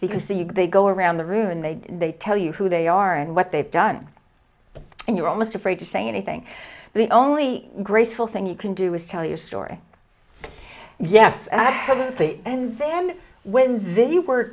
because the they go around the room and they they tell you who they are and what they've done and you're almost afraid to say anything the only graceful thing you can do is tell your story yes absolutely and then when they were